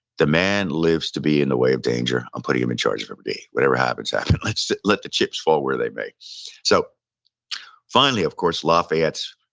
the man lives to be in the way of danger. i'm putting him in charge. whatever happens happens. let the chips fall where they may so finally, of course, lafayette's